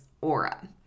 aura